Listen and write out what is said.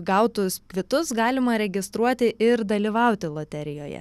gautus kvitus galima registruoti ir dalyvauti loterijoje